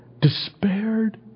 despaired